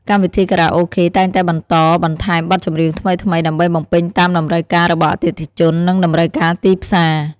កម្មវិធីខារ៉ាអូខេតែងតែបន្តបន្ថែមបទចម្រៀងថ្មីៗ ដើម្បីបំពេញតាមតម្រូវការរបស់អតិថិជន និងតម្រូវការទីផ្សារ។